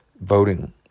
Voting